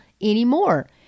anymore